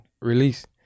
release